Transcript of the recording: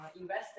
invested